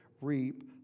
reap